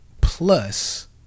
plus